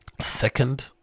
second